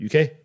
UK